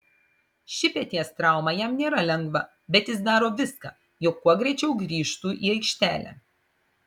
ši peties trauma jam nėra lengva bet jis daro viską jog kuo greičiau grįžtų į aikštelę